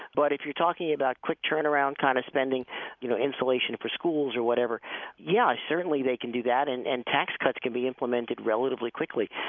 but if you're talking about quick-turnaround kind of spending you know, installation for schools or whatever yeah, certainly they can do and and tax cuts can be implemented relatively quickly.